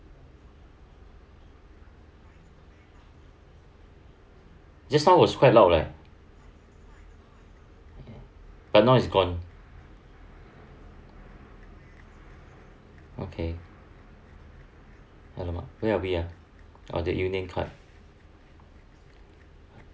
just now was quite loud eh but now it's gone okay !alamak! where are we ah oh the Union card